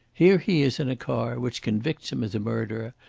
here he is in a car which convicts him as a murderer,